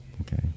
Okay